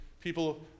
people